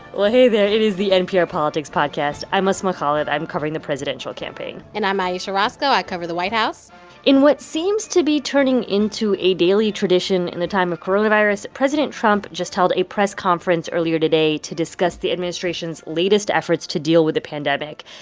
well, hey, there. it is the npr politics podcast. i'm asma khalid. i'm covering the presidential campaign and i'm ayesha rascoe. i cover the white house in what seems to be turning into a daily tradition in the time of coronavirus, president trump just held a press conference earlier today to discuss the administration's latest efforts to deal with the pandemic.